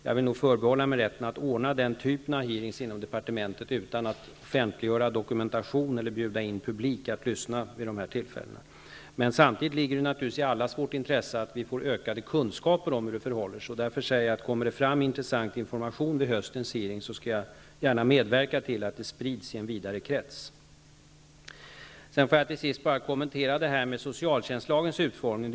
Jag vill nog förbehålla mig rätten att ordna den typen av utfrågningar inom departementet utan att offentliggöra dokumentation eller bjuda in publik för att lyssna. Samtidigt ligger det naturligtvis i allas vårt intresse att vi får ökade kunskaper om hur det förhåller sig. Därför säger jag, att om det kommer fram intressant information vid höstens utfrågning, skall jag gärna medverka till att informationen sprids till en vidare krets. Till sist vill jag bara kommentera socialtjänstlagens utformning.